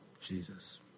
Jesus